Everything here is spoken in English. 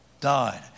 died